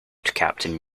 captain